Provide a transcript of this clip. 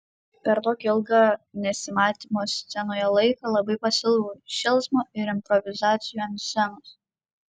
per tokį ilgą nesimatymo scenoje laiką labai pasiilgau šėlsmo ir improvizacijų ant scenos